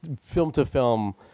film-to-film